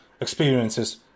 experiences